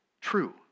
true